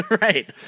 Right